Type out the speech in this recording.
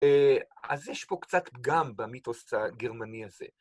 אז יש פה קצת פגם במיתוס הגרמני הזה.